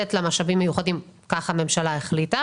לתת לה משאבים מיוחדים, כך הממשלה החליטה